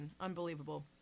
Unbelievable